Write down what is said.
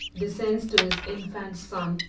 descends to his infant son,